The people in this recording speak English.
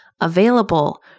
available